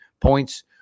points